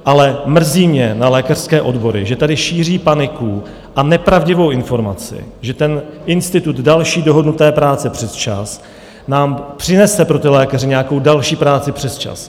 Ale mrzí mě na lékařské odbory, že tady šíří paniku a nepravdivou informaci, že ten institut další dohodnuté práce přesčas nám přinese pro lékaře nějakou další práci přesčas.